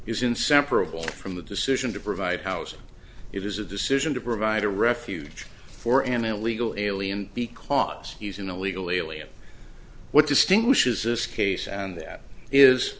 inseparable from the decision to provide housing it is a decision to provide a refuge for an illegal alien because he's an illegal alien what distinguishes this case and that is